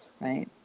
right